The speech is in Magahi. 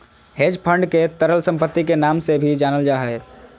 हेज फंड के तरल सम्पत्ति के नाम से भी जानल जा हय